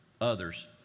others